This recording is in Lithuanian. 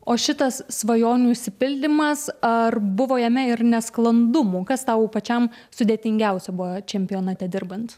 o šitas svajonių išsipildymas ar buvo jame ir nesklandumų kas tau pačiam sudėtingiausia buvo čempionate dirbant